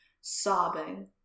sobbing